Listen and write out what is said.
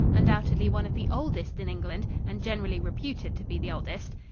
undoubtedly one of the oldest in england, and generally reputed to be the oldest.